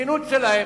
במסכנות שלהם,